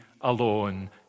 alone